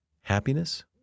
happiness